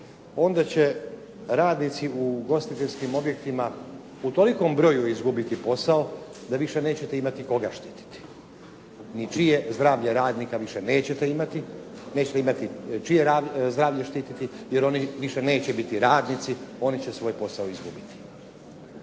onda će radnici u ugostiteljskim objektima u tolikom broju izgubiti posao, da više nećete imati koga štiti. Ni čije zdravlje radnika više nećete imati, nećete imati čije zdravlje štiti, jer oni više neće biti radnici, oni će svoj posao izgubiti.